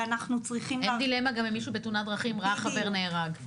ואנחנו צריכים --- אין דילמה גם אם מישהו ראה בתאונת דרכים חבר נהרג.